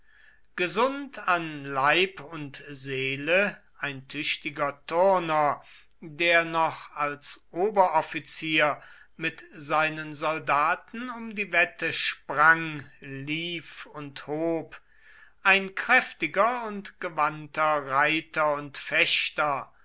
gesund an leib und seele ein tüchtiger turner der noch als oberoffizier mit seinen soldaten um die wette sprang lief und hob ein kräftiger und gewandter reiter und fechter